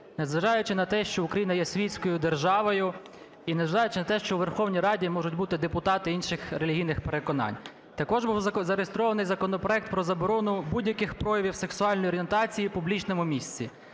незважаючи на те, що Україна є світською державою і незважаючи на те, що у Верховній Раді можуть бути депутати інших релігійних переконань. Також був зареєстрований законопроект про заборону будь-яких проявів сексуальної орієнтації в публічному місці.